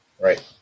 Right